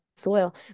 soil